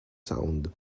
sound